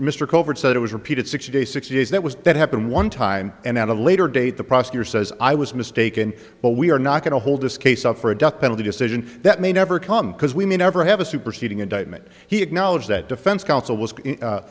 mr covert said it was repeated six days six days that was that happened one time and at a later date the prosecutor says i was mistaken but we are not going to hold this case up for a death penalty decision that may never come because we may never have a superseding indictment he acknowledged that defense counsel was